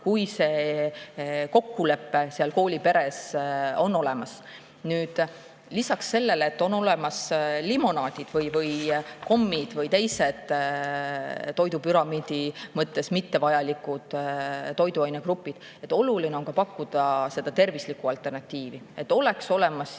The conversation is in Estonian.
kui kokkulepe seal kooliperes on olemas. Lisaks sellele, et on olemas limonaadid või kommid või teised toidupüramiidi mõttes mittevajalikud toiduainegrupid, on oluline pakkuda tervislikku alternatiivi, et oleks olemas